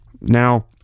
Now